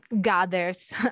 gathers